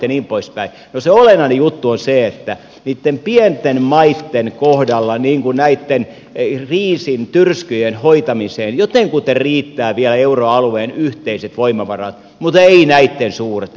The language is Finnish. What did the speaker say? no se olennainen juttu on se että niitten pienten maitten kohdalla niin kuin näitten kriisin tyrskyjen hoitamiseen jotenkuten riittävät vielä euroalueen yhteiset voimavarat mutta eivät näitten suurten